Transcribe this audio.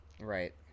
right